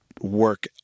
work